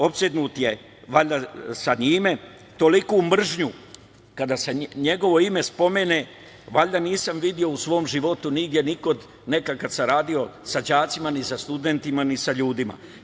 Opsednut je valjda sa njime, toliku mržnju kada se njegovo ime spomene, valjda nisam video u svom životu nigde ni kod, nekada kada sam radio sa đacima, ni sa studentima ni sa ljudima.